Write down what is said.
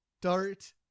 dart